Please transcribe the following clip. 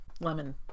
Lemon